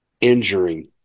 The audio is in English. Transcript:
injuring